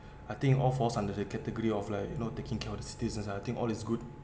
I think all falls under the category of like you know taking care of the citizens I think all is good